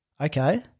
okay